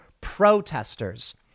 protesters